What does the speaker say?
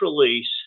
release